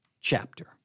chapter